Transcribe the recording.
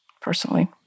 personally